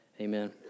Amen